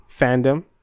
fandom